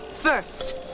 First